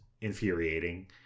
infuriating